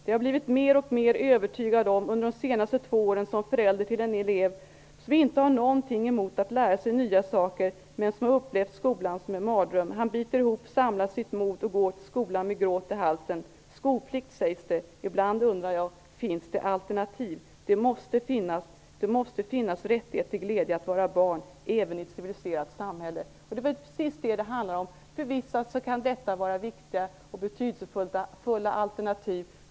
Det har jag blivit mer och mer övertygad om under de senaste två åren som förälder till en elev, som inte har någonting emot att lära sig nya saker men som har upplevt skolan som en mardröm. Han biter ihop, samlar sitt mod och går till skolan med gråt i halsen. Skolplikt, sägs det. Ibland undrar jag: finns det alternativ? Det måste finnas. Det måste finnas rättighet till glädje i att vara barn även i ett civiliserat samhälle.'' Detta är vad det hela handlar om. För vissa kan det vara fråga om viktiga och betydelsefulla alternativ.